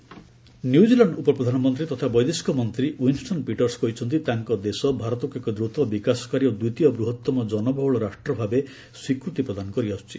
India New Zealand New Zealand ଉପପ୍ରଧାନମନ୍ତ୍ରୀ ତଥା ବୈଦେଶିକ ମନ୍ତ୍ରୀ ୱିନ୍ଷ୍ଟନ୍ ପିଟର୍ସ କହିଛନ୍ତି ତାଙ୍କ ଦେଶ ଭାରତକୁ ଏକ ଦ୍ରତ ବିକାଶକାରୀ ଓ ଦ୍ୱିତୀୟ ବୃହତମ ଜନବହୁଳ ରାଷ୍ଟ୍ର ଭାବେ ସ୍ୱୀକୃତି ପ୍ରଦାନ କରିଆସୁଛି